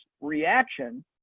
reaction